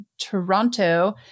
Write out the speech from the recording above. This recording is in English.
toronto